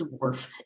dwarf